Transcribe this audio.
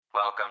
Welcome